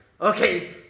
Okay